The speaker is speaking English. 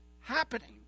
happening